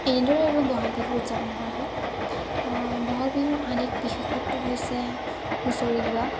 এনেদৰে আৰু বহাগ বিহু উদযাপন কৰা হয় বহাগ বিহুৰ আন এক বিশেষত্ব হৈছে হুঁচৰি গোৱা